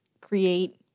create